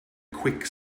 quick